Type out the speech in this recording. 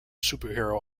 superhero